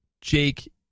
Jake